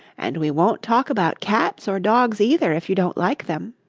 and we won't talk about cats or dogs either, if you don't like them